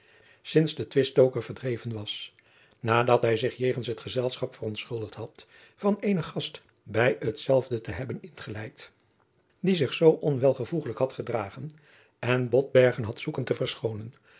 lennep de pleegzoon was nadat hij zich jegens het gezelschap verontschuldigd had van eenen gast bij hetzelve te hebben ingeleid die zich zoo onwelvoegelijk had gedragen en botbergen had zoeken te verschoonen